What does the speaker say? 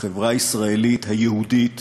בחברה הישראלית היהודית